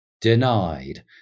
denied